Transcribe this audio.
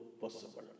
possible